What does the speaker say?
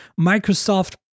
Microsoft